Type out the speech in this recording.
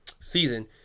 season